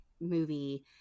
movie